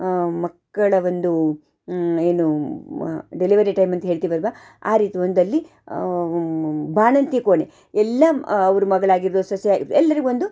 ಮಕ್ಕಳ ಒಂದು ಏನು ಡೆಲಿವರಿ ಟೈಮ್ ಅಂತ ಹೇಳ್ತೀವಲ್ವಾ ಆ ರೀತಿ ಒಂದಲ್ಲಿ ಬಾಣಂತಿ ಕೋಣೆ ಎಲ್ಲ ಅವ್ರ ಮಗಳಾಗಿರ್ಬೋದು ಸೊಸೆಯಾಗಿ ಎಲ್ಲರಿಗೊಂದು